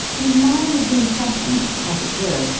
his mind had been fashioned, as it were,